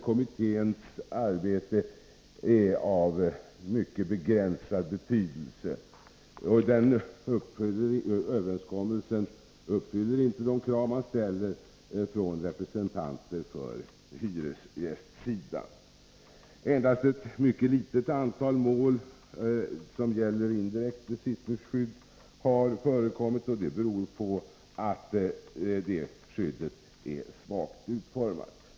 Kommitténs arbete är av mycket begränsad betydelse och uppfyller inte de krav representanter för hyresgästsidan ställer. Endast ett mycket litet antal mål som gäller indirekt besittningsskydd har förekommit vid domstol. Det beror på att det skyddet är svagt utformat.